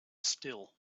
still